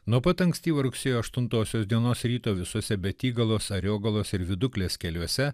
nuo pat ankstyvo rugsėjo aštuntosios dienos ryto visose betygalos ariogalos ir viduklės keliuose